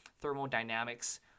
thermodynamics